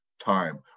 time